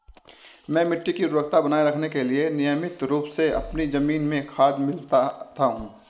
मैं मिट्टी की उर्वरता बनाए रखने के लिए नियमित रूप से अपनी जमीन में खाद मिलाता हूं